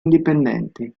indipendenti